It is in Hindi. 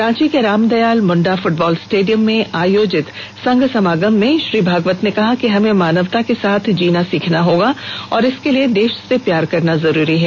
रांची के रामदयाल मुंडा फुटबॉल स्टेडियम में आयोजित संघ समागम में श्री भागवत ने कहा कि हमे मानवता के साथ जीना सीखना होगा और इसके लिए देश से प्यार करना जरूरी है